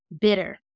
bitter